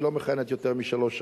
היא לא מכהנת יותר משלוש שנים,